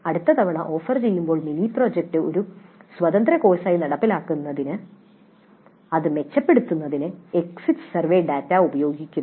അടുത്ത തവണ ഓഫർ ചെയ്യുമ്പോൾ മിനി പ്രോജക്റ്റ് ഒരു സ്വതന്ത്ര കോഴ്സായി നടപ്പിലാക്കുന്നത് മെച്ചപ്പെടുത്തുന്നതിന് എക്സിറ്റ് സർവേ ഡാറ്റ ഉപയോഗിക്കുന്നു